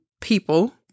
people